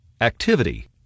activity